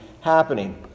happening